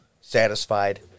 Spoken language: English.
satisfied